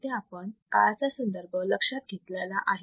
इथे आपण काळाचा संदर्भ लक्षात घेतलेला आहे